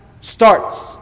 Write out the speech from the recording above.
starts